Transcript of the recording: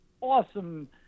awesome